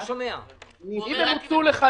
אישרת בטלפון ב-02:00 בלילה,